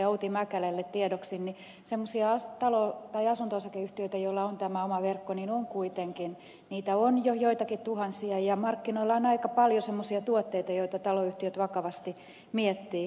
outi mäkelälle tiedoksi semmoisia asunto osakeyhtiöitä joilla on tämä oma verkko on jo joitakin tuhansia ja markkinoilla on aika paljon semmoisia tuotteita joita taloyhtiöt vakavasti miettivät